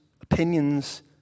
opinions